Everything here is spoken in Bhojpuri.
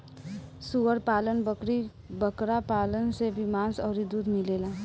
सूअर पालन, बकरी बकरा पालन से भी मांस अउरी दूध मिलेला